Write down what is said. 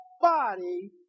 body